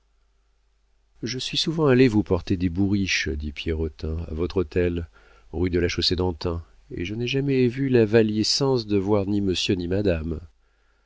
je suis souvent allé vous porter des bourriches dit pierrotin à votre hôtel rue de la chaussée-d'antin et je n'ai jamais évu la valiscence de voir ni monsieur ni madame